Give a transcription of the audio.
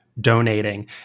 donating